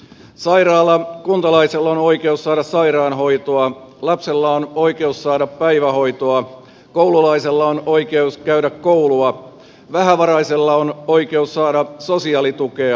sairaalla kuntalaisella on oikeus saada sairaanhoitoa lapsella on oikeus saada päivähoitoa koululaisella on oikeus käydä koulua vähävaraisella on oikeus saada sosiaalitukea